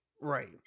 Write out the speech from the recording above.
Right